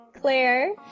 Claire